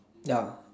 ya